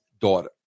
daughter